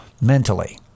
mentally